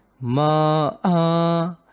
ma